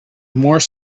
more